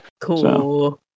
Cool